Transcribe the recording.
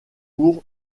pour